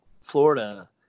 Florida